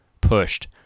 pushed